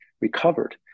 recovered